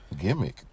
gimmick